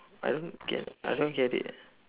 I don't get I don't get it